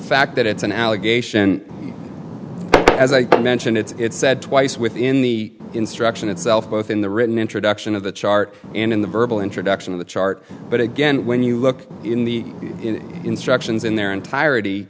fact that it's an allegation as i mentioned it's said twice within the instruction itself both in the written introduction of the chart and in the verbal introduction of the chart but again when you look in the instructions in their entirety